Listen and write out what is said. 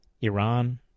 Iran